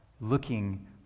looking